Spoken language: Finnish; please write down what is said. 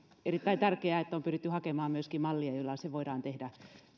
erittäin tärkeää että on pyritty hakemaan myöskin mallia jolla se voidaan tehdä